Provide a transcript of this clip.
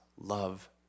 love